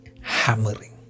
hammering